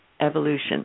Evolution